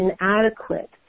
inadequate